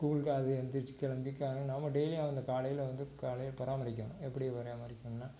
ஸ்கூலுக்கு அதுவே எழுந்திரிச்சு கிளம்பி காலையில் நாம் டெய்லி அவங்கள காலையில் வந்து காலையில் பராமரிக்கணும் எப்படி பராமரிக்கணுன்னால்